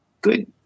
good